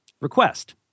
Request